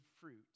fruit